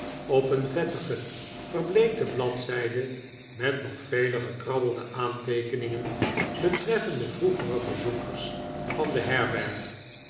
op een vettige verbleekte bladzijde met nog vele gekrabbelde aanteekeningen betreffende vroegere bezoekers van de herberg